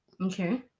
Okay